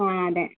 ആ അതെ